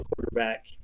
quarterback